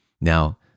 Now